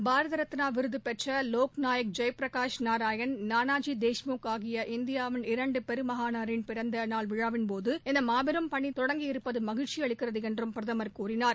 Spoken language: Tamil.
பாரத ரத்னா விருதபெற்ற லோக் நாயக் ஜெயபிரகாஷ் நாராயண் நானாஜி தேஷ்முக் ஆகிய இந்தியாவின் இரண்டு பெருமகனாரின் பிறந்த நாள் விழாவின்போது இந்த மாபெரும் பணி தொடங்கி இருப்பது மகிழ்ச்சி அளிக்கிறது என்றும் பிரதமர் கூறினார்